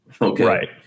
right